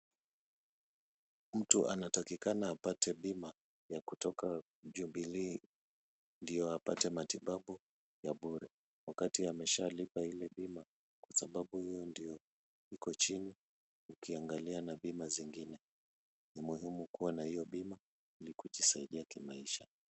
Mtu anatakikana apate bima ya kutoka Jubilee ndio apate matibabu ya bure wakati ameshalipa ile bima kwa sababu huo ndio iko chini ukiangalia na bima zingine. Ni muhimu kuwa na hiyo bima ili kujisaidia kimaisha.